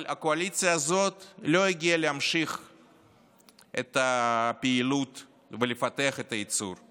אבל הקואליציה הזאת לא הגיעה להמשיך את הפעילות ולפתח את הייצור,